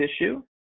issue